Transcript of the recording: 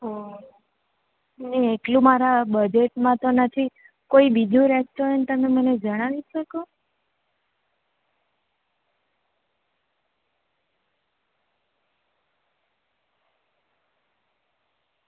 હ નહીં એટલું તો મારા બજેટમાં તો નથી તો કોઈ બીજું રેસ્ટોરન્ટ તમે મને જણાવી શકો